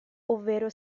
ovvero